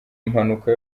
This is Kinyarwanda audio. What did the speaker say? impanuka